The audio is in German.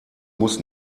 muss